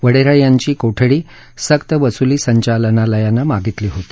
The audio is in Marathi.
वढेरा यांची कोठडी सक्तवसुली संचालनालयानं मागितली होती